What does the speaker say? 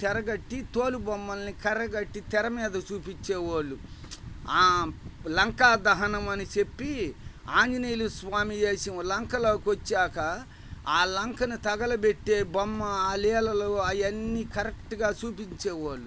తెర కట్టి తోలుబొమ్మల్ని కర్ర కట్టి తెరమీద చూపించే వాళ్ళు లంకా దహనం అని చెప్పి ఆంజనేయలు స్వామి వేషం లంకలోకి వచ్చాక ఆ లంకని తగలబెట్టే బొమ్మ ఆ లీలలు అవన్నీ కరెక్ట్గా చూపించేవాళ్ళు